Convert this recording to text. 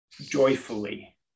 joyfully